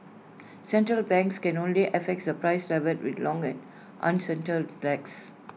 central banks can only affect the price level with long and uncertain lags